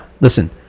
Listen